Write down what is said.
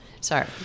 Sorry